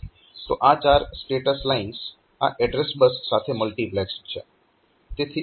તો આ ચાર સ્ટેટસ લાઇન્સ આ એડ્રેસ બસ સાથે મલ્ટીપ્લેક્સ્ડ છે